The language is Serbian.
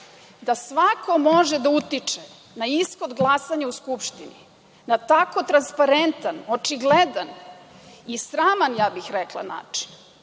da svako može da utiče na ishod glasanja u Skupštini na tako transparentan, očigledan i sraman, ja bih rekla, način,